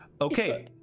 Okay